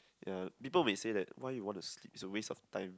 people may say that why you want to sleep it's a waste of time